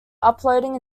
uploading